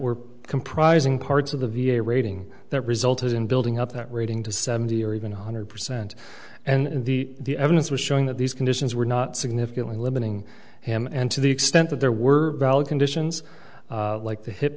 were comprising parts of the v a rating that resulted in building up that rating to seventy or even one hundred percent and the evidence was showing that these conditions were not significantly limiting him and to the extent that there were conditions like the hip